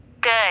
Good